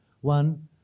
One